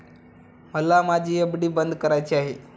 मला माझी एफ.डी बंद करायची आहे